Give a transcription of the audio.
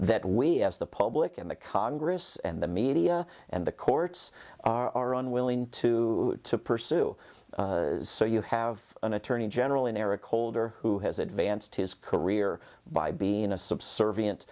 that we as the public and the congress and the media and the courts are unwilling to pursue so you have an attorney general eric holder who has advanced his career by being a subservient